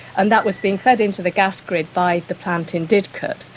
and that was being fed into the gas grid by the plant in didcot,